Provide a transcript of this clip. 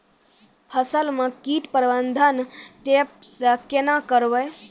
फसल म कीट प्रबंधन ट्रेप से केना करबै?